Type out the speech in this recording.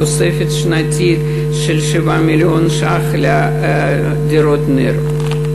תוספת שנתית של 7 ש"ח לדירות נ"ר.